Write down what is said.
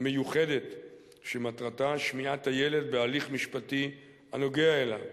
מיוחדת שמטרתה שמיעת הילד בהליך משפטי הנוגע אליו.